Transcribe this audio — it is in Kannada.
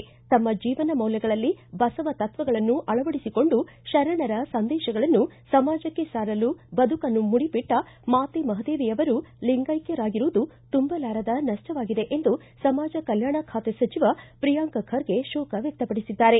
ತಮ್ಮ ಜೀವನ ಮೌಲ್ಯಗಳಲ್ಲಿ ಬಸವ ತತ್ವಗಳನ್ನು ಅಳವಡಿಸಿಕೊಂಡು ತರಣರ ಸಂದೇಶಗಳನ್ನು ಸಮಾಜಕ್ಕೆ ಸಾರಲು ಬದುಕನ್ನು ಮುಡಿಪಿಟ್ಟ ಮಾತೆ ಮಹಾದೇವಿ ಅವರು ಲಿಂಗೈಕ್ಕರಾಗಿರುವುದು ತುಂಬಲಾರದ ನಷ್ಟವಾಗಿದೆ ಎಂದು ಸಮಾಜ ಕಲ್ಕಾಣ ಖಾತೆ ಸಚಿವ ಪ್ರಿಯಾಂಕ್ ಖರ್ಗೆ ಶೋಕ ವ್ಯಕ್ತಪಡಿಸಿದ್ದಾರೆ